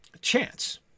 chance